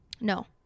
No